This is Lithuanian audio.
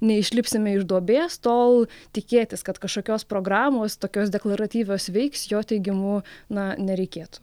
neišlipsime iš duobės tol tikėtis kad kažkokios programos tokios deklaratyvios veiks jo teigimu na nereikėtų